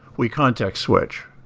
we context-switch.